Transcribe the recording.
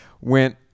went